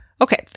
Okay